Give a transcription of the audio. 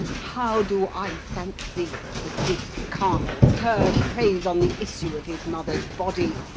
how do i thank thee that this carnal cur preys on the issue of his mother's body,